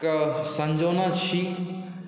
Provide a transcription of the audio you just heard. के सँजोने छी